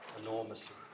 enormously